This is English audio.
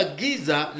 giza